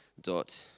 dot